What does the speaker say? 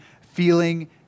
feeling